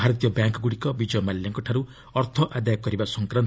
ଭାରତୀୟ ବ୍ୟାଙ୍କ୍ଗୁଡ଼ିକ ବିଜୟ ମାଲ୍ୟାଙ୍କଠାରୁ ଅର୍ଥ ଆଦାୟ କରିବା ସଫକ୍